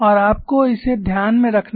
और आपको इसे ध्यान में रखना होगा